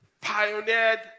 pioneered